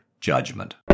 Judgment